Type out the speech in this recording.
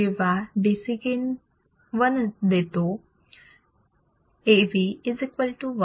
जो DC gain 1 देतो AV1